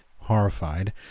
Horrified